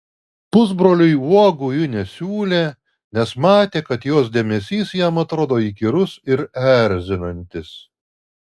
pusbroliui uogų ji nesiūlė nes matė kad jos dėmesys jam atrodo įkyrus ir erzinantis